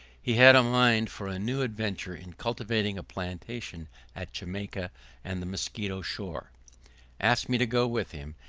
he had a mind for a new adventure in cultivating a plantation at jamaica and the musquito shore asked me to go with him,